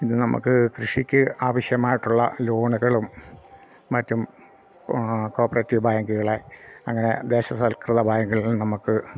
ഇത് നമുക്ക് കൃഷിക്ക് ആവശ്യമായിട്ടുള്ള ലോണുകളും മറ്റും കോപ്പറേറ്റീവ് ബാങ്കുകളെ അങ്ങനെ ദേശസാൽകൃത ബാങ്കുകളിൽ നമുക്ക്